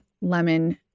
lemon